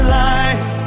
life